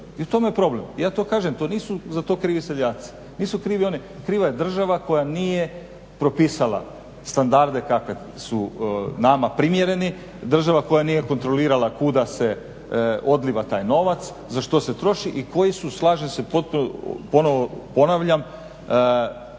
I u tome je problem. zato kažem da za to krivi seljaci, kriva je država koja nije propisala standarde kakvi su nama primjereni, država koja nije kontrolirala kuda se odljeva taj novac za što se troši i koji su slažem se potpuno ponovno ponavljam